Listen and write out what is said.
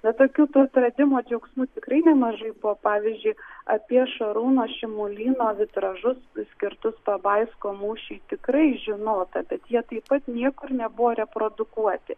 bet tokių tų atradimo džiaugsmų tikrai nemažai buvo pavyzdžiui apie šarūno šimulyno vitražus skirtus pabaisko mūšiui tikrai žinota bet jie taip pat niekur nebuvo reprodukuoti